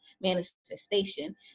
manifestation